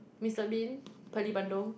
Mister-Bean pearly bandung